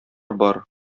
бар